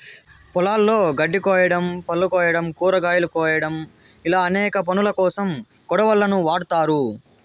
పొలాలలో గడ్డి కోయడం, పళ్ళు కోయడం, కూరగాయలు కోయడం ఇలా అనేక పనులకోసం కొడవళ్ళను వాడ్తారు